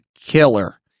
killer